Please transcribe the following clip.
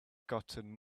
gotten